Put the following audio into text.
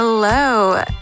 Hello